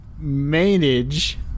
Manage